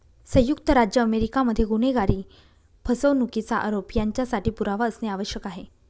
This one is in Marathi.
संयुक्त राज्य अमेरिका मध्ये गुन्हेगारी, फसवणुकीचा आरोप यांच्यासाठी पुरावा असणे आवश्यक आहे